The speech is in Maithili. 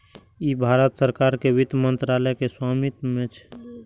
ई भारत सरकार के वित्त मंत्रालय के स्वामित्व मे छै